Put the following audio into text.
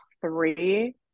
three